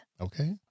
Okay